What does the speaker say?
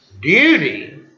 duty